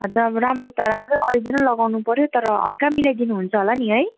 हजुर अब राम्रो त राम्रै अरिजिनल लगाउनु पऱ्यो तर हल्का मिलाइदिनुहुन्छ होला नि है